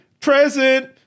present